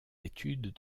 études